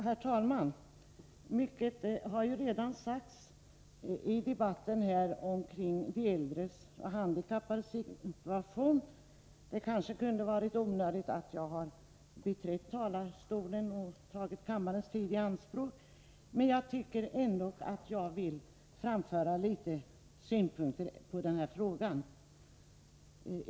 Herr talman! Mycket har redan sagts i debatten om de äldres och handikappades situation. Det är kanske onödigt att jag går upp i talarstolen och tar kammarens tid i anspråk, men jag vill framföra några synpunkter på den här frågan.